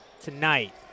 tonight